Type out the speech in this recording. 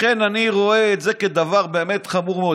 לכן אני רואה את זה כדבר באמת חמור מאוד.